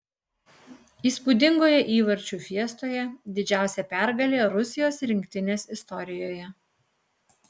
įspūdingoje įvarčių fiestoje didžiausia pergalė rusijos rinktinės istorijoje